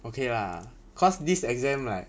okay lah cause this exam like